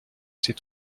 ses